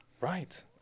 Right